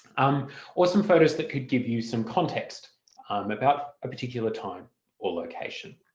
um or some photos that could give you some context um about a particular time or location.